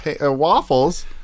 waffles